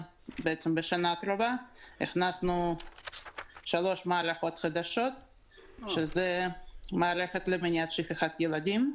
בשנה הקרובה הכנסנו שלוש מערכות חדשות שזו מערכת למניעת שכחת ילדים,